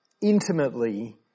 intimately